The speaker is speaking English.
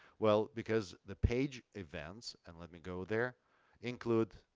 well, because the page events and let me go there include,